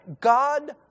God